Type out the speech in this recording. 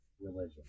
religion